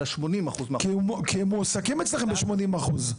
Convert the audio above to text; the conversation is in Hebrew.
אלא 80%. כי הם מועסקים אצלכם ב-80%.